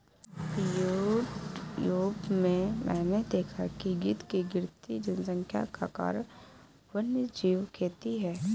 YouTube में मैंने देखा है कि गिद्ध की गिरती जनसंख्या का कारण वन्यजीव खेती है